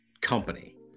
company